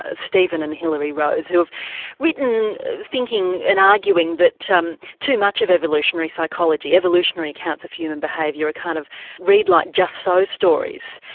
ah steven and hilary rose who have written, thinking and arguing that too um too much of evolutionary psychology, evolutionary accounts of human behaviour kind of read like just so stories.